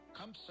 Come